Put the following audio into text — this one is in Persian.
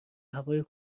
هوای